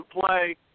play